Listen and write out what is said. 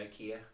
IKEA